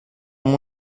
amb